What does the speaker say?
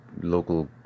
local